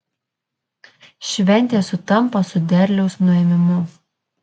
šventė sutampa su derliaus nuėmimu